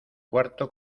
cuarto